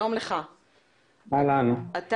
אוקיי,